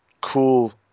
cool